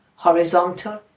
Horizontal